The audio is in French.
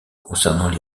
concernant